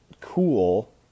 cool